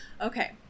okay